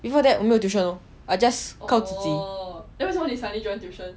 before that 我没有 tuition lor I just 靠自己